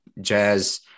Jazz